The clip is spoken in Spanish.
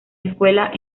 escuelas